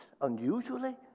Unusually